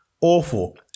awful